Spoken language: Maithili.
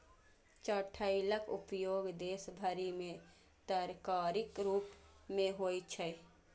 चठैलक उपयोग देश भरि मे तरकारीक रूप मे होइ छै